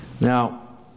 Now